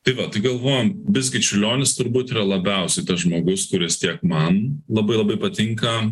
tai vat tai galvojom visgi čiurlionis turbūt yra labiausiai tas žmogus kuris tiek man labai labai patinka